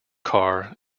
car